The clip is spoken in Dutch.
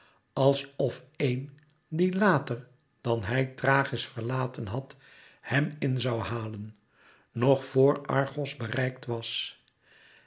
als of een die later dan hij thrachis verlaten had hem in zoû halen nog voor argos bereikt was